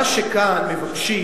מה שכאן מבקשים